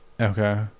Okay